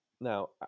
Now